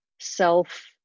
self